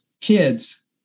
kids